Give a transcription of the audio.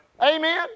Amen